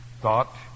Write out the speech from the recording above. thought